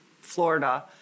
Florida